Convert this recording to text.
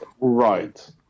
Right